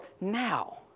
now